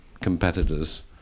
competitors